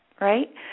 right